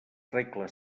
regla